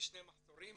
בשני מחזורים.